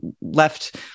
left